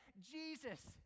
Jesus